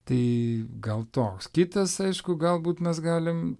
tai gal toks kitas aišku galbūt mes galim